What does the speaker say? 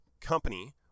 company